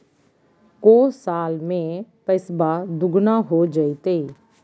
को साल में पैसबा दुगना हो जयते?